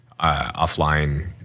offline